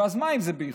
ואז מה אם זה באיחור.